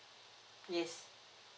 yes